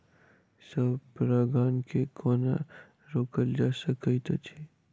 स्व परागण केँ कोना रोकल जा सकैत अछि?